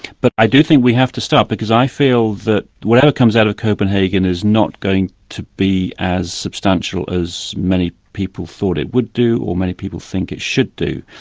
but i do think we have to start because i feel that whatever comes out of copenhagen is not going to be as substantial as many people thought it would do, or many people think it should do.